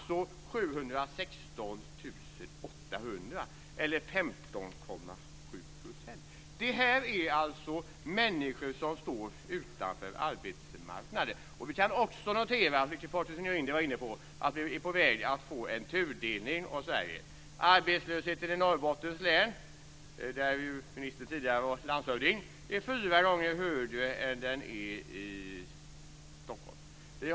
Det blir sammantaget 716 800 personer, eller 15,7 %. Detta är människor som står utanför arbetsmarknaden. Vi kan också notera - vilket Patrik Norinder var inne på - att vi är på väg att få en tudelning av Sverige. Arbetslösheten i Norrbottens län, där ministern tidigare var landshövding, är fyra gånger högre än vad den är i Stockholm.